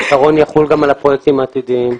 העיקרון יחול גם על הפרויקטים העתידיים.